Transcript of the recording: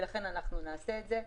ואנחנו נעשה את זה.